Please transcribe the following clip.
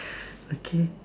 okay